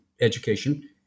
education